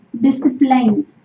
discipline